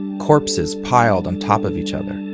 corpses piled on top of each other.